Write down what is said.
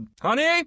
honey